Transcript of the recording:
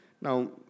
Now